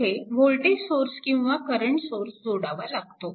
येथे voltage source किंवा current source जोडावा लागतो